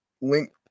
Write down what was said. link